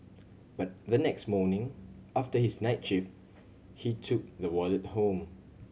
but the next morning after his night shift he took the wallet home